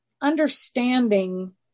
Understanding